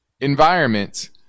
environment